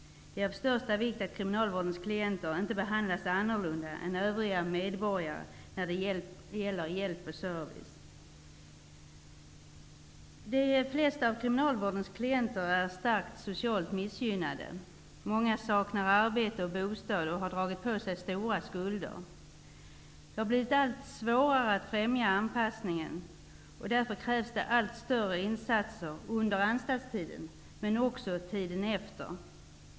Det är av största vikt att kriminalvårdens klienter inte behandlas annorlunda än övriga medborgare när det gäller hjälp och service. De flesta av kriminalvårdens klienter är starkt socialt missgynnade. Många saknar arbete och bostad, samtidigt som de har dragit på sig stora skulder. Det har blivit allt svårare att främja anpassningen. Därför krävs det allt större insatser under anstaltstiden och också under tiden därefter.